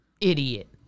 Idiot